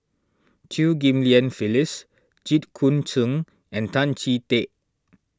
Chew Ghim Lian Phyllis Jit Koon Ch'ng and Tan Chee Teck